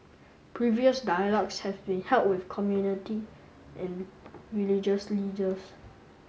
previous dialogues have been held with community and religious leaders